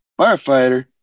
firefighter